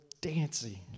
dancing